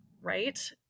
right